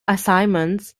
assignment